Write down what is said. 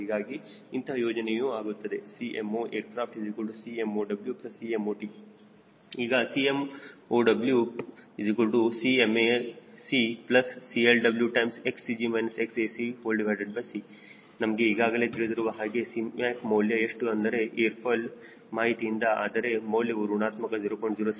ಹೀಗಾಗಿ ಇಂತಹ ಸಂಯೋಜನೆಯು ಆಗುತ್ತದೆ Cmoac Cmow Cmot ಈಗ CmowCmacCLoXCG XacC ನಮಗೆ ಈಗಾಗಲೇ ತಿಳಿದಿರುವ ಹಾಗೆ Cmac ಮೌಲ್ಯ ಎಷ್ಟು ಅಂದರೆ ಏರ್ ಫಾಯ್ಲ್ ಮಾಹಿತಿಯಿಂದ ಅದರ ಮೌಲ್ಯವು ಋಣಾತ್ಮಕ 0